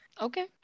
Okay